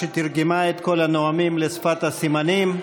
שתרגמה את כל הנאומים לשפת הסימנים.